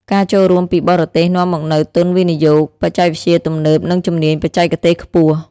ការចូលរួមពីបរទេសនាំមកនូវទុនវិនិយោគ បច្ចេកវិទ្យាទំនើបនិងជំនាញបច្ចេកទេសខ្ពស់។